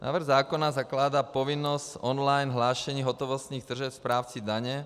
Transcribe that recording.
Návrh zákona zakládá povinnost online hlášení hotovostních tržeb správci daně.